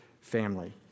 family